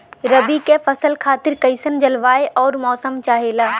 रबी क फसल खातिर कइसन जलवाय अउर मौसम चाहेला?